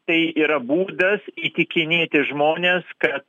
tai yra būdas įtikinėti žmones kad